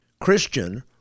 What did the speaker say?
Christian